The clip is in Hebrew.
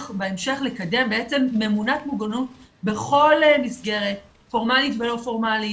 בהמשך לקדם בעצם ממונת מוגנות בכל מסגרת פורמאלית ולא פורמאלית.